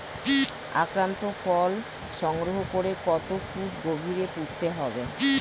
আক্রান্ত ফল সংগ্রহ করে কত ফুট গভীরে পুঁততে হবে?